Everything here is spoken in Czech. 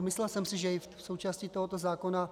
Myslel jsem si, že je to součástí tohoto zákona.